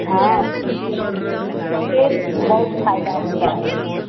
हाँ से बहुत फ़ायदा होता है